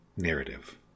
Narrative